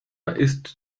ist